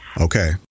Okay